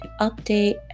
update